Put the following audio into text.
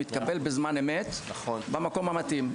מתקבל בזמן אמת במקום המתאים.